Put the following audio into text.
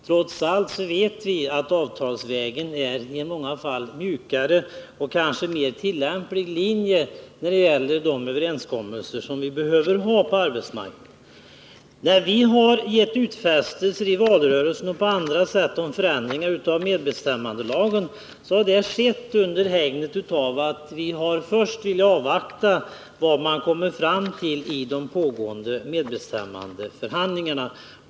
Trots allt vet vi att avtalsvägen i många fall är mjukare och en kanske mer tillämplig linje när det gäller de överenskommelser vi behöver ha på arbetsmarknaden. Där vi under valrörelsen gett utfästelser om förändringar i medbestämmandelagen har det skett under hägnet att vi först velat avvakta vad man kommer fram till i de pågående medbestämmandeförhandlingarna.